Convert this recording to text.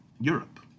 Europe